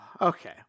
okay